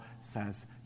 says